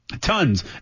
Tons